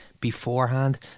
beforehand